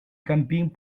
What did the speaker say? camping